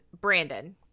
brandon